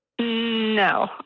No